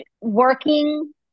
working